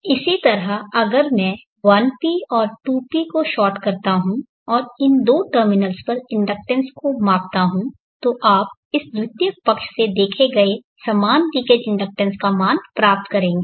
इसी तरह अगर मैं 1p और 2p को शार्ट करता हूं और इन दो टर्मिनल्स पर इंडक्टेंस को मापता हूं तो आप इस द्वितीयक पक्ष से देखें गए समान लीकेज इंडक्टेंस का मान प्राप्त करेगें